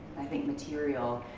i think material,